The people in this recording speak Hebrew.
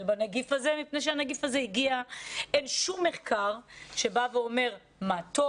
בנגיף הזה מפני שהנגיף הזה הגיע ואין שום מחקר שבא ואומר מה טוב,